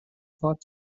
plot